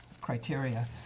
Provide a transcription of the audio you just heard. criteria